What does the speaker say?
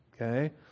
okay